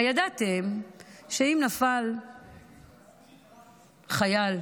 הידעתם שאם נפל בקרב חייל,